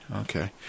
okay